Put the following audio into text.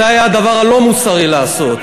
זה היה הדבר הלא-מוסרי לעשות,